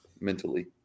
mentally